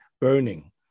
burning